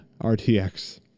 RTX